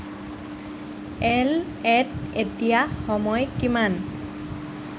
L এ'ত এতিয়া সময় কিমান